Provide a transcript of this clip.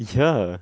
ya